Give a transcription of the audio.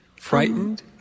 Frightened